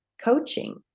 coaching